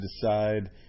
decide